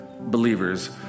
believers